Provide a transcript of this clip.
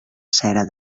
cera